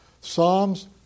Psalms